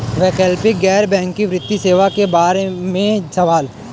वैकल्पिक गैर बैकिंग वित्तीय सेवा के बार में सवाल?